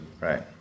Right